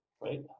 right